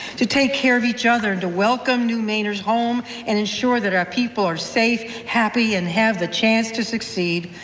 to take care of each other, to welcome new mainers home and to ensure that our people are safe, happy, and have the chance to succeed.